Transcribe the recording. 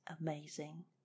amazing